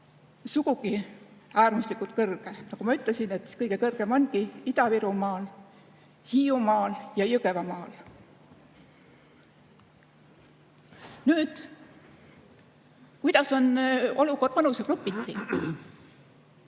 sugugi äärmuslikult kõrge. Nagu ma ütlesin, kõige kõrgem ongi Ida-Virumaal, Hiiumaal ja Jõgevamaal. Kuidas on olukord vanusegrupiti?